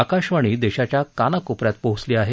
आकाशवाणी देशाच्या कानाकोपऱ्यात पोहोचली आहे